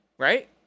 Right